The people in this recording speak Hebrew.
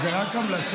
זו רק המלצה.